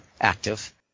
active